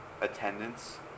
attendance